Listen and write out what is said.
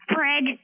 Fred